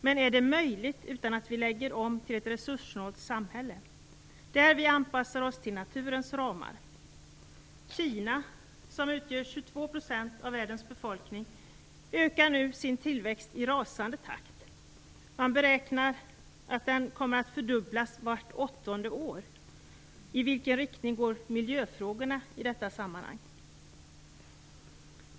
Men är det möjligt utan att vi lägger om till ett resurssnålt samhälle, där vi anpassar oss till naturens ramar? Kina, som utgör 22 % av världens befolkning, ökar nu sin tillväxt i rasande takt. Man räknar med att den kommer att fördubblas vart åttonde år. I vilken riktning går miljöfrågorna i detta sammanhang?